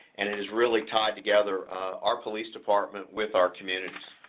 and it has really tied together our police department with our communities.